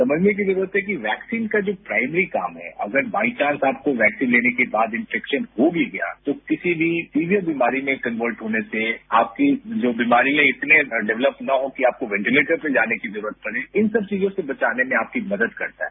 समझने की जरूरत है कि यैक्सीन का जो प्राइमरी काम है अगर बाइचांस आपको यैक्सीन लेने के बाद इनेफेक्शन हो भी गया तो किसी भी सीवियर बीमारी में कन्वर्ट होने से आपके जो बीमारियां इतने डेयलप न हो कि आपको येंटिलेटर पर जाने की जरूरत पड़े इन सब चीजों से बचाने में आपकी मदद करता है